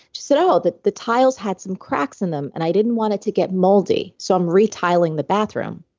she said, oh, the the tiles had some cracks in them and i didn't want it to get moldy, so i'm re-tiling the bathroom.